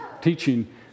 teaching